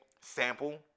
sample